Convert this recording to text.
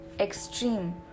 Extreme